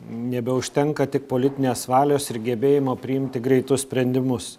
nebeužtenka tik politinės valios ir gebėjimo priimti greitus sprendimus